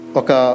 oka